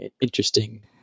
interesting